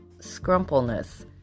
scrumpleness